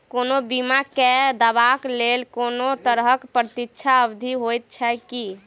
कोनो बीमा केँ दावाक लेल कोनों तरहक प्रतीक्षा अवधि होइत छैक की?